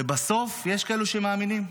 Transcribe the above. ובסוף יש כאלו שמאמינים.